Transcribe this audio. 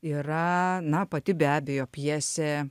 yra na pati be abejo pjesė